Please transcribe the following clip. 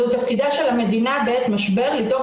זה תפקידה של המדינה בעת משבר לדאוג